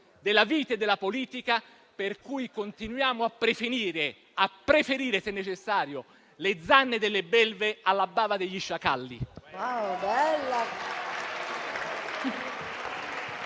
della vita e della politica, per cui continuiamo a preferire, se necessario, "le zanne delle belve alla bava degli sciacalli".